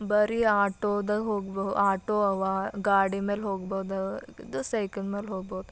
ಬರೇ ಆಟೋದಾಗೆ ಹೋಗ್ಬೊ ಆಟೋ ಇವೆ ಗಾಡಿ ಮೇಲ್ ಹೋಗ್ಬೋದು ಇದು ಸೈಕಲ್ ಮೇಲೆ ಹೋಗ್ಬೋದು